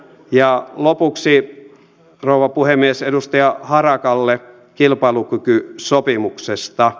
ja lopuksi rouva puhemies edustaja harakalle kilpailukykysopimuksesta